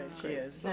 she is.